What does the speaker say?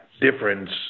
difference